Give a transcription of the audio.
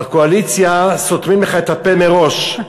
בקואליציה סותמים לך את הפה מראש,